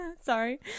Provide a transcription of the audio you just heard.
sorry